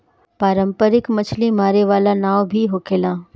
पारंपरिक मछरी मारे वाला नाव भी होखेला